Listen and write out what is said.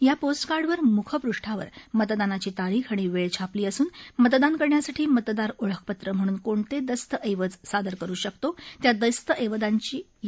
या पोस्टकार्डवर मुखपृष्ठावर मतदानाची तारीख आणि वेळ छापली असून मतदान करण्यासाठी मतदार ओळखपत्र म्हणून कोणते दस्तऐवज सादर करु शकतो त्या दस्तऐवजांची यादी मागच्या भागावर दिली आहे